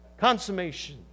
Consummation